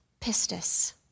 Pistis